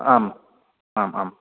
आम् आम् आम्